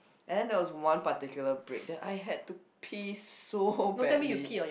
and then there was one particular break that I had to piss so badly